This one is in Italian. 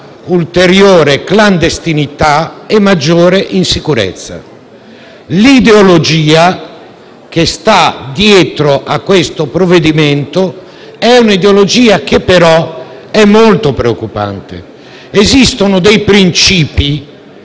ulteriore clandestinità e maggiore insicurezza. L'ideologia che sta dietro a questo provvedimento è però molto preoccupante. Esistono dei principi